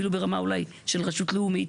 אפילו ברמה אולי של רשות לאומית,